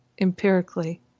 Empirically